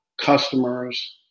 customers